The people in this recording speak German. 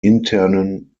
internen